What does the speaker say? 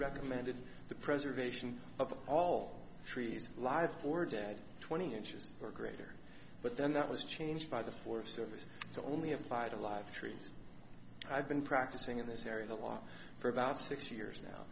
recommended the preservation of all trees live for dad twenty inches or greater but then that was changed by the forest service to only apply to live trees i've been practicing in this area the last for about six years now